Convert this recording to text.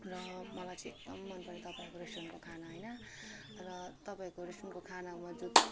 र मलाई चाहिँ एकदमै मन पऱ्यो तपाईँहरूको रेस्टुरेन्टको खाना होइन र तपाईँको रेस्टुरेन्टको खानामा जो